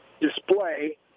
display